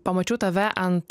pamačiau tave ant